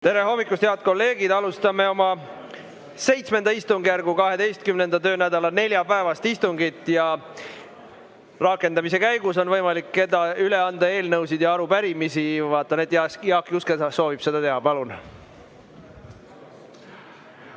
Tere hommikust, head kolleegid! Alustame oma VII istungjärgu 12. töönädala neljapäevast istungit. Rakendamise käigus on võimalik üle anda eelnõusid ja arupärimisi. Vaatan, et Jaak Juske soovib seda teha. Palun!